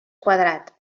quadrat